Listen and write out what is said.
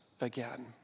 again